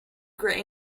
grain